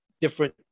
different